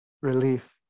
relief